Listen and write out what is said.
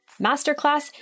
masterclass